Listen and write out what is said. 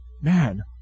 Man